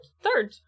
Third